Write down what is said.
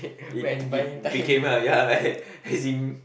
it it became ah ya a~ as in